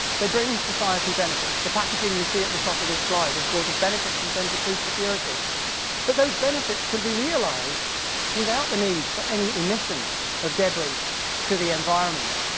they bring society benefits. the packaging you see at the top of this slide has brought us benefits in terms of food security but those benefits can be realized without the need for any emission of debris to the environment.